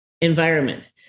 environment